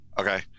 Okay